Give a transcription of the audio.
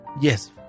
Yes